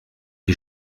die